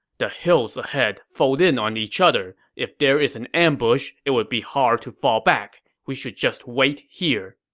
the hills ahead fold in on each other. if there is an ambush, it would be hard to fall back. we should just wait here.